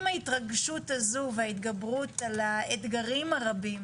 עם ההתרגשות הזו וההתגברות על האתגרים הרבים